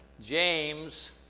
James